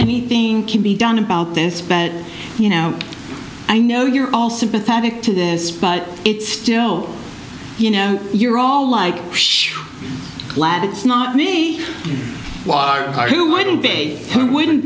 anything can be done about this but you know i know you're all sympathetic to this but it's still you know you're all like sure glad it's not me water who wouldn't be who wouldn't